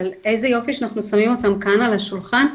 אבל איזה יופי שאנחנו שמים אותם כאן על השולחן,